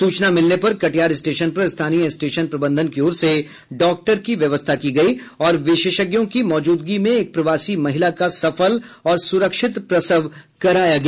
सूचना मिलने पर कटिहार स्टेशन पर स्थानीय स्टेशन प्रबधन की ओर से डॉक्टर की व्यवस्था की गयी और विशेषज्ञों की मौजूदगी में एक प्रवासी महिला का सफल और सूरक्षित प्रसव कराया गया